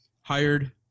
hired